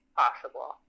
possible